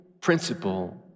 principle